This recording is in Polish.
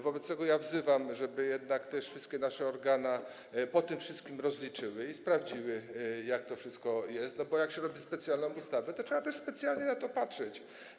Wobec tego apeluję, żeby jednak wszystkie nasze organa po tym wszystkim rozliczyć i sprawdzić, jak to wszystko poszło, bo jak się wdraża specjalną ustawę, to trzeba też specjalnie na to patrzeć.